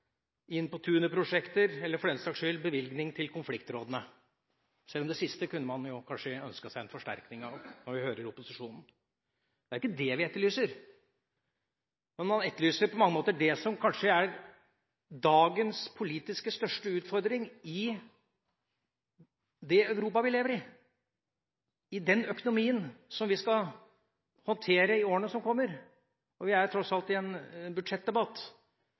eller, for den saks skyld, bevilgning til konfliktrådene, selv om man jo kanskje kunne ønsket seg en forsterkning av det siste, når vi hører opposisjonen. Det er ikke det vi etterlyser. Man etterlyser det som på mange måter kanskje er dagens største politiske utfordring i det Europa vi lever i, i den økonomien som vi skal håndtere i årene som kommer. Og vi er tross alt i en budsjettdebatt.